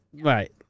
Right